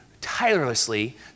tirelessly